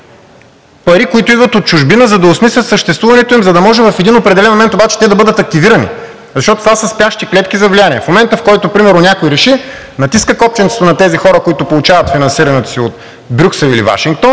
пари, които идват от чужбина, за да осмислят съществуването им, за да може обаче в определен момент да бъдат активирани, защото това са спящи клетки за влияние. В момента, в който примерно някой реши, натиска копченцето на тези хора, които получават финансирането си от Брюксел или от Вашингтон,